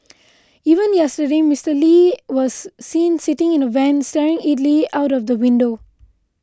even yesterday Mister Lee was seen sitting in the van staring idly out of the window